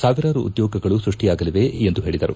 ಸಾವಿರಾರು ಉದ್ಯೋಗಗಳು ಸೃಷ್ಟಿಯಾಗಲಿವೆ ಎಂದು ಪೇಳದರು